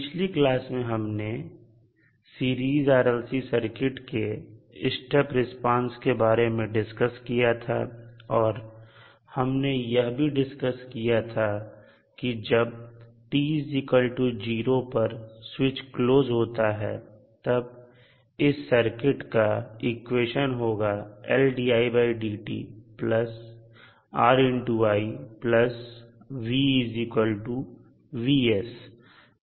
पिछली क्लास में हमने सीरीज RLC सर्किट के स्टेप रिस्पांस के बारे में डिस्कस किया था और हमने यह भी डिस्कस किया था कि जब t0 पर स्विच क्लोज होता है तब इस सर्किट का इक्वेशन होगा जहां Vs सोर्स वोल्टेज है